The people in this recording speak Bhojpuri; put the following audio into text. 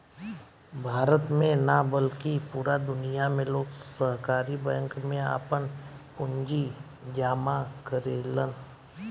भारत में ना बल्कि पूरा दुनिया में लोग सहकारी बैंक में आपन पूंजी जामा करेलन